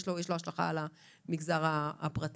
יש לו השלכה על המגזר הפרטי,